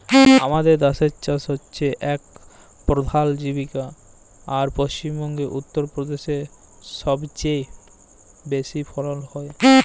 আমাদের দ্যাসে চাষ হছে ইক পধাল জীবিকা আর পশ্চিম বঙ্গে, উত্তর পদেশে ছবচাঁয়ে বেশি ফলল হ্যয়